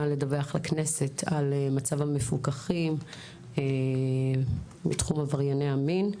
לכנסת על מצב המפוקחים בתחום עברייני המין.